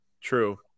true